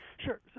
Sure